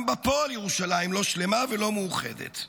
גם בפועל ירושלים לא שלמה ולא מאוחדת,